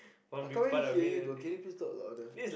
I can't really you though can you please talk louder